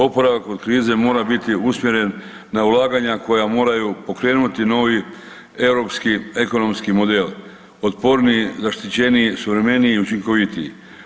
Oporavak od krize mora biti usmjeren na ulaganja koja moraju pokrenuti novi europski ekonomski model otporniji, zaštićeniji, suvremeniji, učinkovitiji.